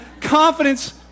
confidence